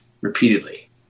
repeatedly